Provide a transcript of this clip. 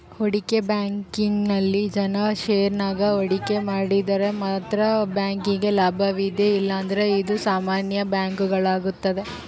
ಹೂಡಿಕೆ ಬ್ಯಾಂಕಿಂಗ್ನಲ್ಲಿ ಜನ ಷೇರಿನಾಗ ಹೂಡಿಕೆ ಮಾಡಿದರೆ ಮಾತ್ರ ಬ್ಯಾಂಕಿಗೆ ಲಾಭವಿದೆ ಇಲ್ಲಂದ್ರ ಇದು ಸಾಮಾನ್ಯ ಬ್ಯಾಂಕಾಗುತ್ತದೆ